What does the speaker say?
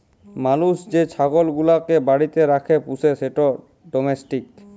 মালুস যে ছাগল গুলাকে বাড়িতে রাখ্যে পুষে সেট ডোমেস্টিক